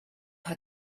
had